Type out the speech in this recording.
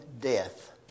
death